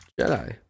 Jedi